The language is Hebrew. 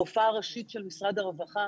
הרופאה הראשית של משרד הרווחה